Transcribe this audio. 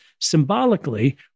symbolically